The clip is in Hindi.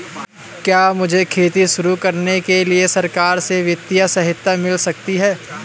क्या मुझे खेती शुरू करने के लिए सरकार से वित्तीय सहायता मिल सकती है?